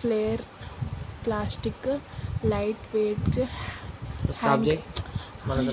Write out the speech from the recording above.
flare plastic light weight hang well